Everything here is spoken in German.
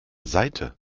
seite